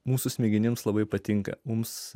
mūsų smegenims labai patinka mums